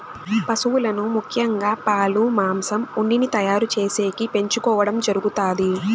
పసువులను ముఖ్యంగా పాలు, మాంసం, ఉన్నిని తయారు చేసేకి పెంచుకోవడం జరుగుతాది